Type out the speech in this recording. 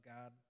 God